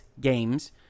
games